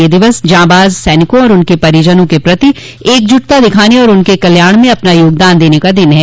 यह दिवस जांबाज सैनिकों और उनके परिजनों के प्रति एकजुटता दिखाने और उनके कल्याण में अपना योगदान देने का दिन है